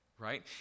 right